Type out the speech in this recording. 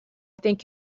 think